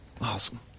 Awesome